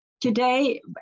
Today